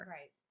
Right